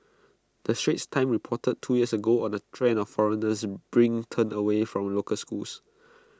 the straits times reported two years ago on the trend of foreigners bring turned away from local schools